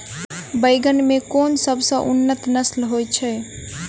बैंगन मे केँ सबसँ उन्नत नस्ल होइत अछि?